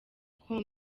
com